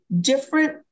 different